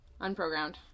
Unprogrammed